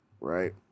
right